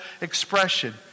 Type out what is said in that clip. expression